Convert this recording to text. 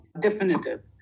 definitive